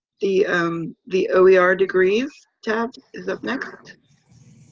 the um the oer degrees to have is the next.